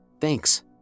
Thanks